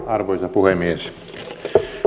arvoisa puhemies